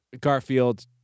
Garfield